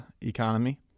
economy